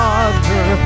Father